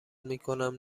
میکنم